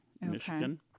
Michigan